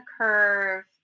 curve